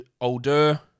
older